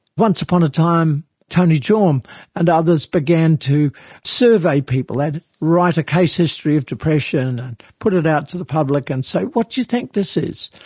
once upon a time tony jorm and others began to survey people, they'd and write a case history of depression and put it out to the public and say, what do you think this is,